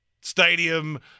Stadium